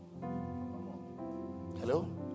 Hello